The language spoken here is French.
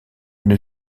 une